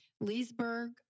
Leesburg